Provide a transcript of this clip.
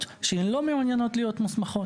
הוא רוכש את הדירה,